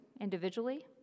individually